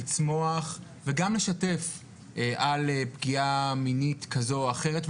לצמוח וגם לשתף על פגיעה מינית כזאת או אחרת,